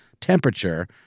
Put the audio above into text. temperature